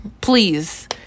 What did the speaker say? please